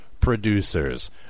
producers